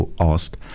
asked